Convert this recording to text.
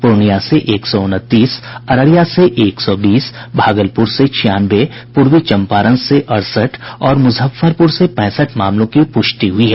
पूर्णिया से एक सौ उनतीस अररिया से एक सौ बीस भागलपुर से छियानवे पूर्वी चंपारण से अड़सठ और मुजफ्फरपुर से पैंसठ मामलों की पुष्टि हुई है